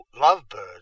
lovebirds